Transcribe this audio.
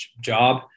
job